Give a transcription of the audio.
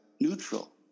neutral